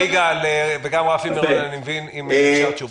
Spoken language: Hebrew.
יגאל סלוביק ורפי מירון, אם אפשר תשובות.